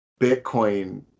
Bitcoin